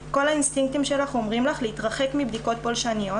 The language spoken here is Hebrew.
כל האינסטינקטים שלך אומרים לך להתרחק מבדיקות פולשניות,